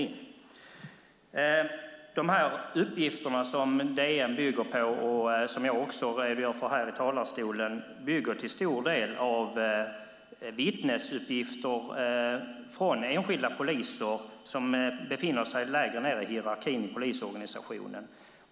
DN:s artiklar och det som jag redogör för här i talarstolen bygger till stor del på vittnesuppgifter från enskilda poliser som befinner sig längre ned i hierarkin i polisorganisationen.